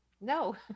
no